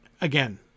again